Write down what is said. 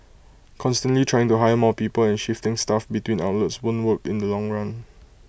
constantly trying to hire more people and shifting staff between outlets won't work in the long run